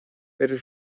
pero